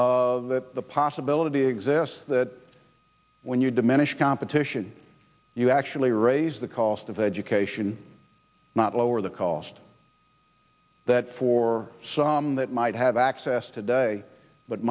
that the possibility exists that when you diminish competition you actually raise the cost of education not lower the cost that for some that might have access today but